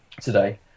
today